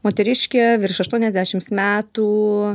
moteriškė virš aštuoniasdešims metų